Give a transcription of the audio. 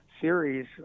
series